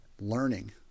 learning